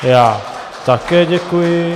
Já také děkuji.